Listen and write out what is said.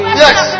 yes